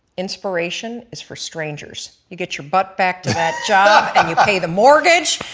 inspiration is for strangers you get your butt back to that job and you pay the mortgage.